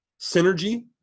synergy